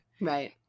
Right